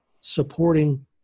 supporting